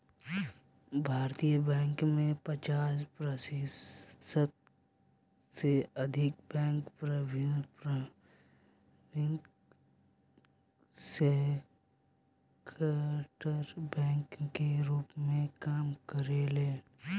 भारतीय बैंक में पचास प्रतिशत से अधिक बैंक पब्लिक सेक्टर बैंक के रूप में काम करेलेन